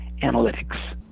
analytics